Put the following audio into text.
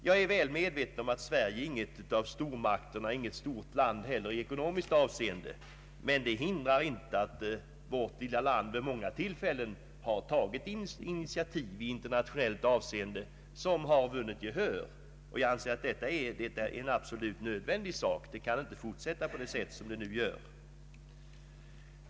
Jag är väl medveten om att Sverige inte är någon stormakt och inte heller något stort land i ekonomiskt avseende, Men det hindrar inte att vårt lilla land vid många tillfällen har tagit initiativ i internationellt avseende som har vunnit gehör. Jag anser detta vara en absolut nödvändig sak. Det kan inte fortsätta på det nuvarande sättet.